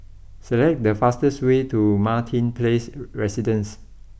select the fastest way to Martin place Residences